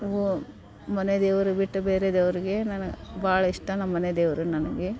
ಓ ಮನೆದೇವ್ರು ಬಿಟ್ಟು ಬೇರೆ ದೇವ್ರಿಗೆ ನನಗೆ ಭಾಳ ಇಷ್ಟ ನಮ್ಮ ಮನೆ ದೇವರು ನನಗೆ